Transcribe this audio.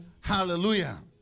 Hallelujah